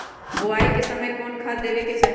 बोआई के समय कौन खाद देवे के चाही?